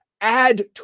Add